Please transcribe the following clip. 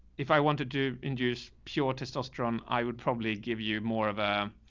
if i want to do induce pure testosterone, i would probably give you more of a.